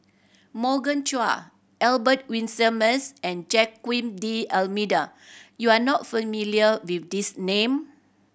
Morgan Chua Albert Winsemius and Joaquim D'Almeida you are not familiar with these name